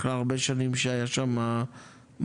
אחרי הרבה שנים שהיה שם מחסור.